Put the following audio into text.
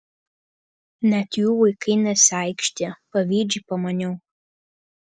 net jų vaikai nesiaikštija pavydžiai pamaniau